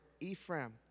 Ephraim